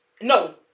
no